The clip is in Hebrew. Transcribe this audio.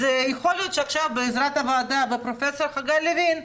יכול להיות שעכשיו, בעזרת הוועדה ופרופ' חגי לוין,